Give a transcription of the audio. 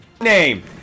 name